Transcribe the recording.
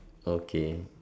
okay